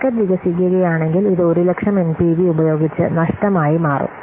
market വികസിക്കുകയാണെങ്കിൽ ഇത് 100000 NPV ഉപയോഗിച്ച് നഷ്ടമായി മാറും